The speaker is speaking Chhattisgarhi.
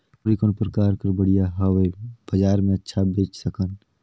मुरई कौन प्रकार कर बढ़िया हवय? बजार मे अच्छा बेच सकन